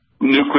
nuclear